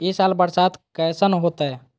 ई साल बरसात कैसन होतय?